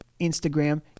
Instagram